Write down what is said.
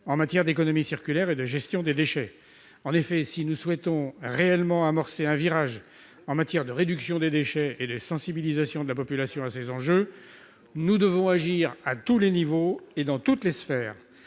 en matière d'économie circulaire et de gestion des déchets. En effet, si nous souhaitons réellement amorcer un virage en matière de réduction des déchets et de sensibilisation de la population à ces enjeux, nous devons agir à tous les niveaux et dans toutes les sphères.